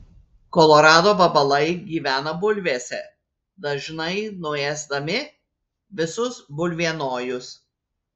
kolorado vabalai gyvena bulvėse dažnai nuėsdami visus bulvienojus